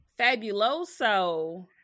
Fabuloso